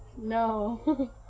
No